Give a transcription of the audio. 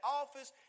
office